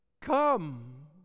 Come